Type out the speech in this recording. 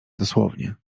dosłownie